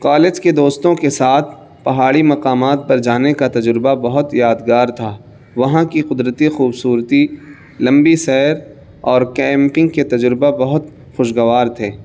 college کے دوستوں کے ساتھ پہاڑی مقامات پر جانے کا تجربہ بہت یادگار تھا وہاں کی قدرتی خوبصورتی لمبی سیر اور کیمپنگ کے تجربہ بہت خوشگوار تھے